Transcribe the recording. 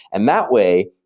and that way,